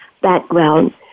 background